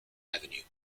avenue